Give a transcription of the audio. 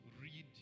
read